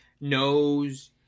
knows